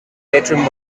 bedroom